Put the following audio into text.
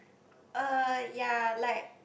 uh ya like